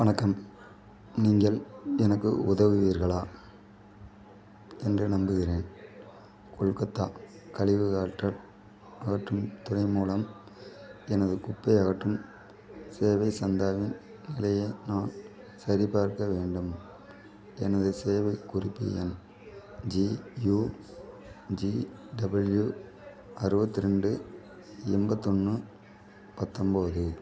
வணக்கம் நீங்கள் எனக்கு உதவுவீர்களா என்று நம்புகிறேன் கொல்கத்தா கழிவு அகற்றல் அகற்றும் துறை மூலம் எனது குப்பை அகற்றும் சேவை சந்தாவின் நிலையை நான் சரிபார்க்க வேண்டும் எனது சேவை குறிப்பு எண் ஜியுஜிடபிள்யூ அறுபத்தி ரெண்டு எண்பத்தொன்று பத்தம்பது